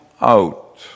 out